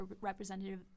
representative